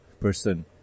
person